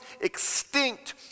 extinct